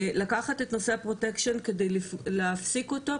לקחת את נושא הפרוטקשן כדי להפסיק אותו.